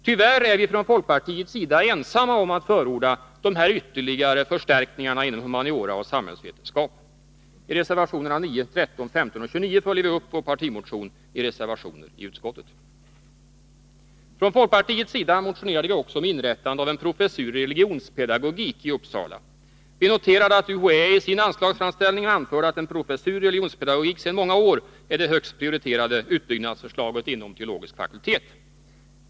Tyvärr är vi från folkpartiets sida ensamma om att förorda de här ytterligare förstärkningarna inom humaniora och samhällsvetenskap. I reservationerna 9, 13, 15 och 29 följer vi i utskottet upp vår partimotion. Från folkpartiets sida motionerade vi också om inrättande av en professur i religionspedagogik i Uppsala. Vi noterade att UHÄ i sin anslagsframställning anförde att en professur i religionspedagogik sedan många år är det högst prioriterade utbyggnadsförslaget inom teologisk fakultet.